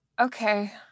Okay